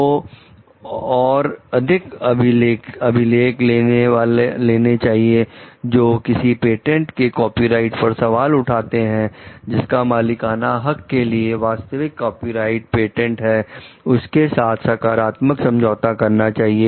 तो और अधिक अभिलेख लाने चाहिए जो किसी पेटेंट के कॉपीराइट पर सवाल उठाते हो और जिसका मालिकाना हक के लिए वास्तविक कॉपीराइट पेटेंट है उसके साथ सकारात्मक समझौता करना चाहिए